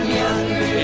younger